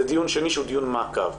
זה דיון שני שהוא דיון מעקב.